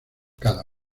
cada